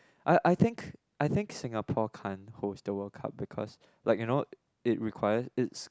I I think I think Singapore can't host the World Cup because like you know it require it's